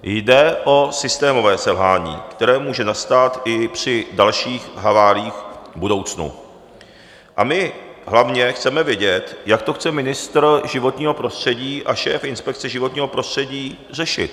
Jde o systémové selhání, které může nastat i při dalších haváriích v budoucnu, a my hlavně chceme vědět, jak to chce ministr životního prostředí a šéf Inspekce životního prostředí řešit.